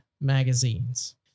magazines